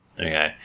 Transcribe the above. Okay